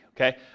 Okay